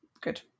good